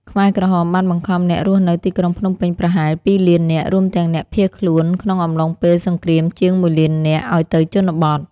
ខ្មែរក្រហមបានបង្ខំអ្នករស់នៅទីក្រុងភ្នំពេញប្រហែល ២ លាននាក់ រួមទាំងអ្នកភៀសខ្លួនក្នុងអំឡុងពេលសង្គ្រាមជាង ១ លាននាក់ ឱ្យទៅជនបទ។